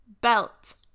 belt